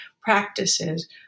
practices